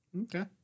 Okay